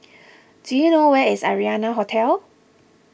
do you know where is Arianna Hotel